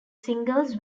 singles